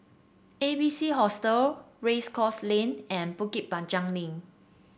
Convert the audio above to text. A B C Hostel Race Course Lane and Bukit Panjang Link